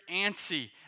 antsy